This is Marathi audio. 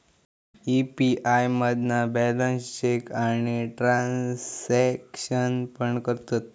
यी.पी.आय मधना बॅलेंस चेक आणि ट्रांसॅक्शन पण करतत